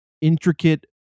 intricate